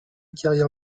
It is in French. carrière